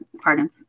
pardon